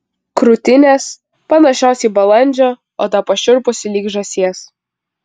krūtinės panašios į balandžio oda pašiurpusi lyg žąsies